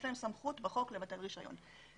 יש להם סמכות בחוק לבטל רישיון.